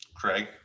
Craig